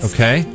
Okay